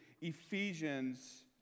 Ephesians